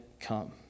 come